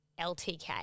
LTK